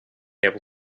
able